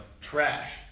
Trash